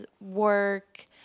work